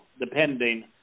depending